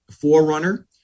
forerunner